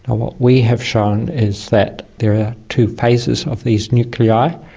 what we have shown is that there are two phases of these nuclei,